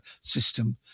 system